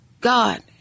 God